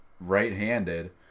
right-handed